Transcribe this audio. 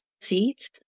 seats